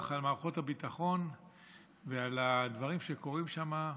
על מערכות הביטחון ועל הדברים שקורים שם,